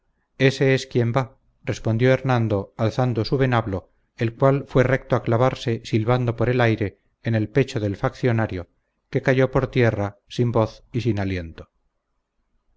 ése es quien va respondió hernando lanzando su venablo el cual fue recto a clavarse silbando por el aire en el pecho del faccionario que cayó por tierra sin voz y sin aliento